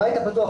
הבית הפתוח,